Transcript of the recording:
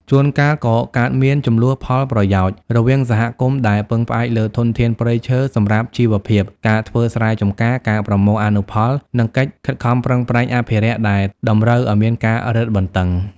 ជួនកាលក៏កើតមាន ជម្លោះផលប្រយោជន៍ រវាងសហគមន៍ដែលពឹងផ្អែកលើធនធានព្រៃឈើសម្រាប់ជីវភាព ការធ្វើស្រែចម្ការ ការប្រមូលអនុផល និងកិច្ចខិតខំប្រឹងប្រែងអភិរក្សដែលតម្រូវឲ្យមានការរឹតបន្តឹង។